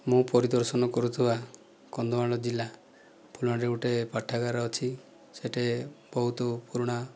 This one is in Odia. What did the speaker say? ମୁଁ ପରିଦର୍ଶନ କରୁଥିବା କନ୍ଧମାଳ ଜିଲ୍ଲା ଗୋଟିଏ ପାଠାଗାର ଅଛି ସେଠି ବହୁତ ପୁରୁଣା